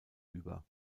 über